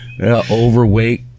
overweight